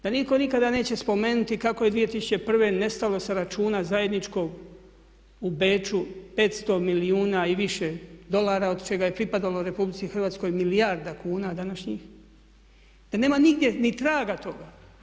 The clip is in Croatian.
Da nitko nikada neće spomenuti kako je 2001. nestalo sa računa zajedničkog u Beču 500 milijuna i više dolara od čega je pripadalo RH milijarda kuna današnjih, da nema nigdje ni traga toga.